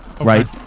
right